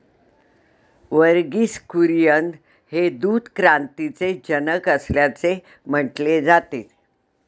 वर्गीस कुरियन हे दूध क्रांतीचे जनक असल्याचे म्हटले जाते